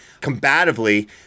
combatively